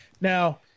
Now